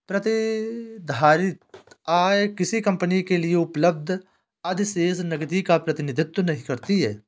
प्रतिधारित आय किसी कंपनी के लिए उपलब्ध अधिशेष नकदी का प्रतिनिधित्व नहीं करती है